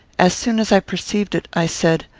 as soon as i perceived it, i said,